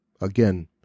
Again